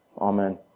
Amen